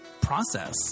process